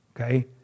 okay